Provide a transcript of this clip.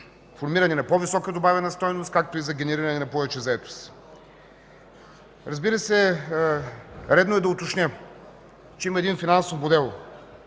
формиране на по-висока добавена стойност, както и за генериране на повече заетост. Разбира се, редно е да уточня, че има един финансов модел,